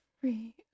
Free